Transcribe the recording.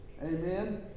Amen